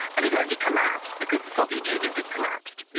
and it only collapsed because the soviet union had collapsed, you